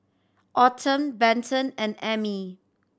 Autumn Benton and Ammie